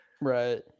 Right